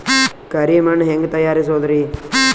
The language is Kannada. ಕರಿ ಮಣ್ ಹೆಂಗ್ ತಯಾರಸೋದರಿ?